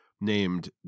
named